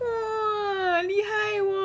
!wah! 厉害